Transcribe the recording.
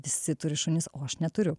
visi turi šunis o aš neturiu